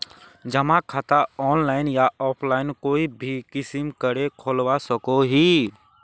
जमा खाता ऑनलाइन या ऑफलाइन कोई भी किसम करे खोलवा सकोहो ही?